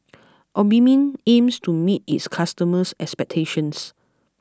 Obimin aims to meet its customers' expectations